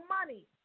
money